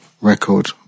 record